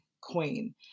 queen